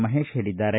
ಮಹೇಶ್ ಹೇಳಿದ್ದಾರೆ